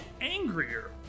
angrier